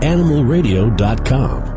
AnimalRadio.com